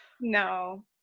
No